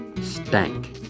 Stank